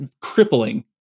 crippling